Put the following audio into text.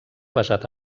basat